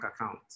account